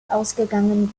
ausgegangen